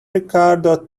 ricardo